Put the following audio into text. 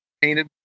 painted